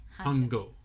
Hongo